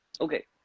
Okay